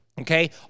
okay